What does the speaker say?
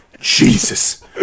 jesus